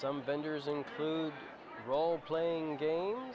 some vendors include roleplaying game